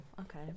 okay